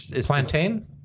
Plantain